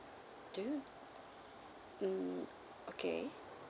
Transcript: do you mm okay